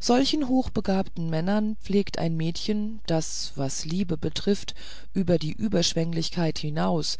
solchen hochbegabten männern pflegt ein mädchen das was liebe betrifft über die überschwenglichkeit hinaus